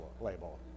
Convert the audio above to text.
label